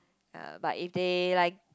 ya but if they like